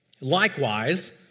likewise